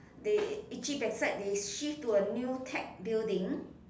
they itchy backside they shift to a new tech building